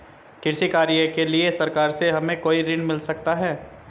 कृषि कार्य के लिए सरकार से हमें कोई ऋण मिल सकता है?